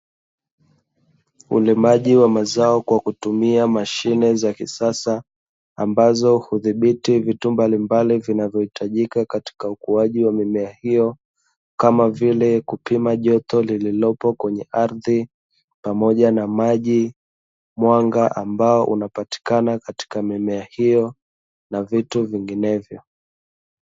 Ulimaji wa mazao kwa kutumia mashine za kisasa ambazo hudhibiti vitu mbalimbali vinavyohitajika katika ukuaji wa mimea hiyo, kama vile: kupima joto lililopo kwenye ardhi, pamoja na maji, mwanga ambao unapatikana katika mimea hiyo na vitu vinginevyo.